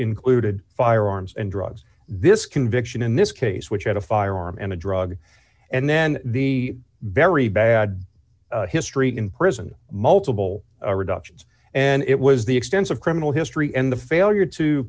included firearms and drugs this conviction in this case which had a firearm and a drug and then the very bad history in prison multiple reductions and it was the extensive criminal history and the failure to